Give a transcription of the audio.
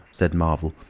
said marvel,